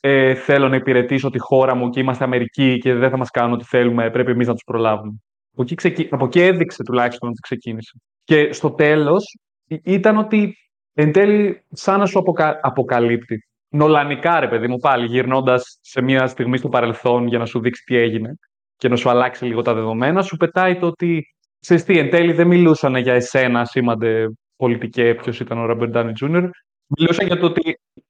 ε, θέλω να υπηρετήσω τη χώρα μου και είμαστε Αμερική και δεν θα μας κάνουν ό,τι θέλουμε, πρέπει εμείς να τους προλάβουμε. Από εκεί ξεκι- από εκεί έδειξε τουλάχιστον ότι ξεκίνησε. Και στο τέλος, ε, ήταν ότι εν τέλει σαν να σου αποκα- αποκαλύπτει. Νολανικά, ρε παιδί μου, πάλι γυρνώντας σε μια στιγμή στο παρελθόν για να σου δείξει τι έγινε και να σου αλλάξει λίγο τα δεδομένα, σου πετάει το ότι, «Ξέρεις τι, εν τέλει δεν μιλούσανε για εσένα, ασήμαντε πολιτικέ, ποιος ήταν ο Ρόμπερτ Ντάνι Jr.. Μιλούσαν για το ότι